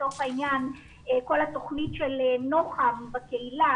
לצורך העניין כל התוכנית של נוח"ם בקהילה,